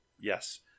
Yes